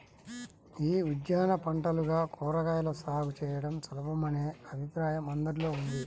యీ ఉద్యాన పంటలుగా కూరగాయల సాగు చేయడం సులభమనే అభిప్రాయం అందరిలో ఉంది